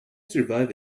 survive